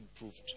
improved